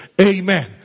Amen